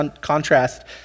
contrast